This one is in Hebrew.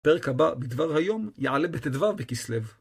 פרק הבא בדבר היום יעלה בט"ו בכסלב.